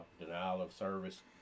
denial-of-service